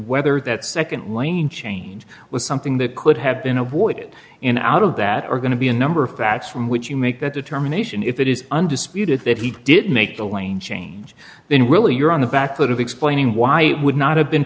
whether that nd lane change was something that could have been avoided in out of that are going to be a number of facts from which you make that determination if it is undisputed that he did make the lane change then really you're on the back foot of explaining why it would not have been